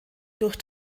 durch